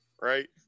right